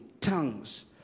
tongues